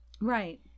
Right